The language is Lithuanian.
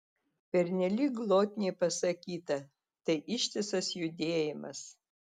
pernelyg glotniai pasakyta tai ištisas judėjimas